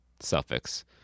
suffix